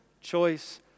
choice